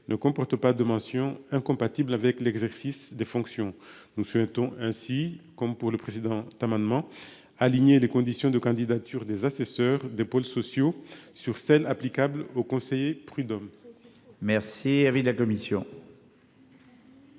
Ne comporte pas de mention incompatible avec l'exercice des fonctions. Nous souhaitons ainsi, comme pour le président ta maman. Aligner les conditions de candidature des assesseurs des pôles sociaux sur scène applicable aux conseillers prud'hommes. Merci.